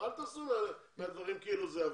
אל תעשו מהדברים כאילו זה אוויר.